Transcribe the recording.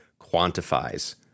quantifies